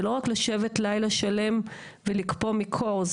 זה לא רק לשבת לילה שלם ולקפוא מקור.